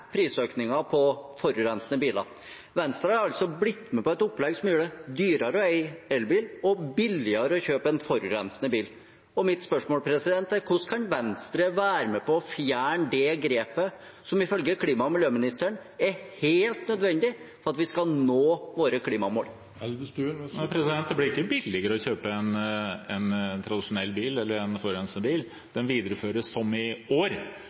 på forurensende biler. Venstre har altså blitt med på et opplegg som gjør det dyrere å eie elbil og billigere å kjøpe en forurensende bil. Mitt spørsmål er: Hvordan kan Venstre være med på å fjerne det grepet, som ifølge klima- og miljøministeren er helt nødvendig for at vi skal nå våre klimamål? Det blir ikke billigere å kjøpe en tradisjonell bil, eller en forurensende bil. Det videreføres som i år,